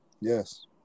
yes